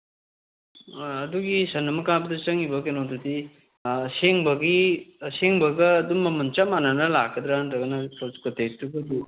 ꯑꯗꯨꯒꯤ ꯁꯟ ꯑꯃ ꯀꯥꯞꯄꯗ ꯆꯪꯉꯤꯕ ꯀꯩꯅꯣꯗꯨꯗꯤ ꯑꯁꯦꯡꯕꯒꯤ ꯑꯁꯦꯡꯕꯒ ꯑꯗꯨ ꯃꯃꯜ ꯆꯞ ꯃꯥꯟꯅꯩꯅ ꯂꯥꯛꯀꯗ꯭ꯔꯥ ꯅꯠꯇ꯭ꯔꯒꯅ ꯀꯣꯠꯇꯦꯛꯇꯨꯒꯖꯨ